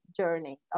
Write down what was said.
journey